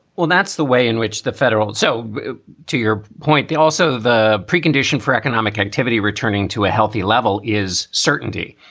well, that's the way in which the federal. so to your point, they also the precondition for economic activity returning to a healthy level is certainty.